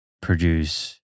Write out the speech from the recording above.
produce